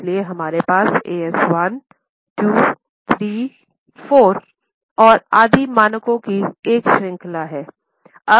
इसलिए हमारे पास AS1 AS2 AS3 AS4 और आदि मानकों की एक श्रृंखला थी